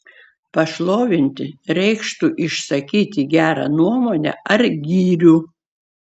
pašlovinti reikštų išsakyti gerą nuomonę ar gyrių